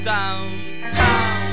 downtown